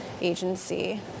agency